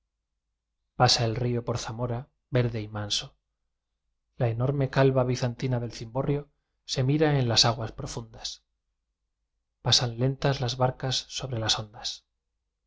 a el río por zamora verde y manso la enorme calva bizantina del cimborrio se mira en las aguas profundas pasan len tas las barcas sobre las ondas